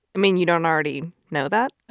i mean, you don't already know that?